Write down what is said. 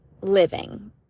living